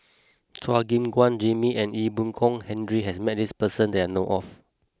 Chua Gim Guan Jimmy and Ee Boon Kong Henry has met this person that I know of